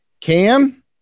Cam